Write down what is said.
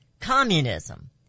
Communism